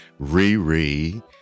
Riri